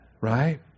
right